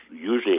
usually